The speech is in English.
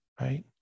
right